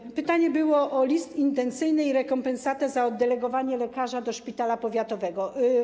Było pytanie o list intencyjny i rekompensatę za oddelegowanie lekarza do szpitala powiatowego.